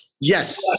Yes